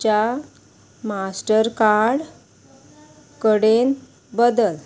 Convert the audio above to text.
च्या मास्टरकार्ड कडेन बदल